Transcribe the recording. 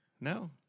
No